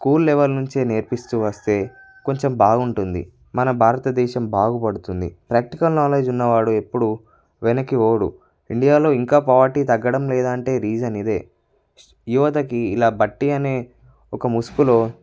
school level నుంచే నేర్పిస్తూ వస్తే కొంచెం బాగుంటుంది మన భారతదేశం బాగుపడుతుంది ప్రాక్టికల్ నాలెడ్జ్ ఉన్నవాడు ఎప్పుడూ వెనక్కి పోడు ఇండియాలో ఇంకా పావర్టీ తగ్గడం లేదంటే రీజన్ ఇదే యువతకి ఇలా బట్టి అనే ఒక ముసుగులో